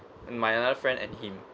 and my another friend and him